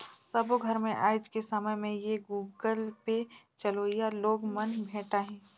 सबो घर मे आएज के समय में ये गुगल पे चलोइया लोग मन भेंटाहि